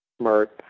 Smart